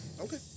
Okay